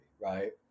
Right